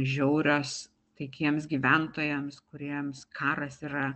žiaurios taikiems gyventojams kuriems karas yra